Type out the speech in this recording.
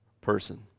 person